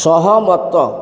ସହମତ